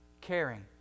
Caring